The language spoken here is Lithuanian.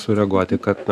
sureaguoti kad na